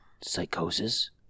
psychosis